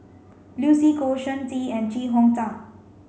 Lucy Koh Shen Xi and Chee Hong Tat